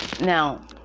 Now